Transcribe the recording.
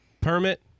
Permit